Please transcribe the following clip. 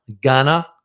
Ghana